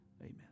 amen